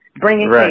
bringing